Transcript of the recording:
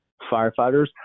firefighters